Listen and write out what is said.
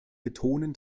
betonen